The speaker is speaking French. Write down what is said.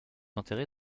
enterré